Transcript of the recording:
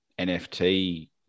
NFT